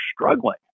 struggling